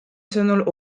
sõnul